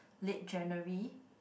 late January